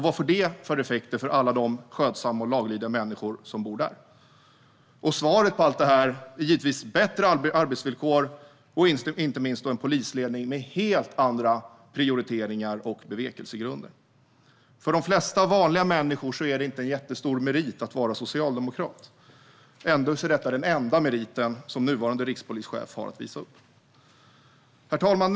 Vad får detta för effekter på alla de skötsamma och laglydiga människor som bor där? Svaret på allt detta är givetvis bättre arbetsvillkor för polisen och inte minst en polisledning med helt andra prioriteringar och bevekelsegrunder. För de flesta vanliga människor är det inte en jättestor merit att vara socialdemokrat. Ändå är detta den enda merit som nuvarande rikspolischef har att visa upp. Herr talman!